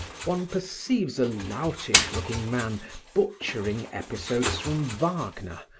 one perceives a loutish-looking man butchering episodes from wagner,